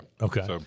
Okay